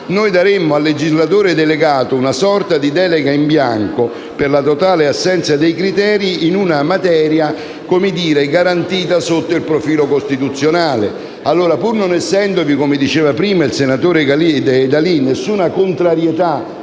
daremmo al legislatore delegato una sorta di delega in bianco, per la totale assenza di criteri, in una materia garantita sotto il profilo costituzionale. Pur non essendovi - come diceva prima sempre il senatore D'Alì - alcuna contrarietà